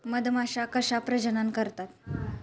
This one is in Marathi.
मधमाश्या कशा प्रजनन करतात?